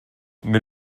mais